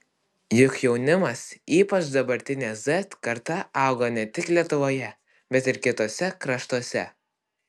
juk jaunimas ypač dabartinė z karta auga ne tik lietuvoje bet ir kituose kraštuose